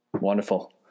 Wonderful